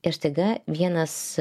ir staiga vienas